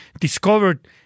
discovered